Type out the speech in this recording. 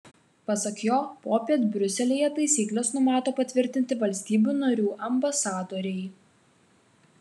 pasak jo popiet briuselyje taisykles numato patvirtinti valstybių narių ambasadoriai